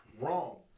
wrong